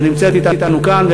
שנמצאת אתנו כאן,